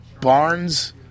Barnes